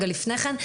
לפני כן,